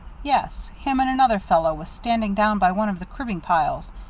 yes. him and another fellow was standing down by one of the cribbin' piles.